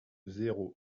zéro